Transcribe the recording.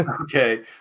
okay